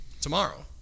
Tomorrow